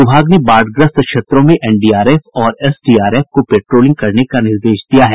विभाग ने बाढ़ग्रस्त क्षेत्रों में एनडीआरएफ और एसडीआरएफ को पेट्रोलिंग करने का निर्देश दिया है